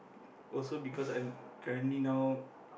also because I'm currently now